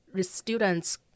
students